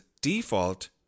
default